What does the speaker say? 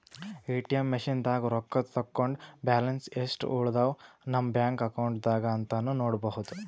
ATM ಮಷಿನ್ದಾಗ್ ರೊಕ್ಕ ತಕ್ಕೊಂಡ್ ಬ್ಯಾಲೆನ್ಸ್ ಯೆಸ್ಟ್ ಉಳದವ್ ನಮ್ ಬ್ಯಾಂಕ್ ಅಕೌಂಟ್ದಾಗ್ ಅಂತಾನೂ ನೋಡ್ಬಹುದ್